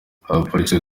abapolisi